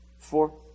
four